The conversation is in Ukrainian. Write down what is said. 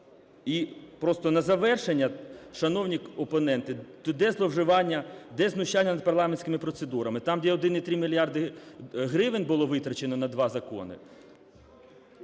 І, просто на завершення, шановні опоненти, де зловживання… де знущання над парламентськими процедурами, там, де 1,3 мільярди гривень було витрачено на два закони?